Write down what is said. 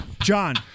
John